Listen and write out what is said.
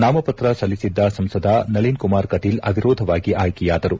ನಾಮಪತ್ರ ಸಲ್ಲಿಸಿದ್ದ ಸಂಸದ ನಳನ್ ಕುಮಾರ್ ಕಟೀಲ್ ಅವಿರೋಧವಾಗಿ ಆಯ್ಲೆಯಾದರು